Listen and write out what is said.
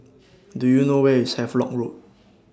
Do YOU know Where IS Havelock Road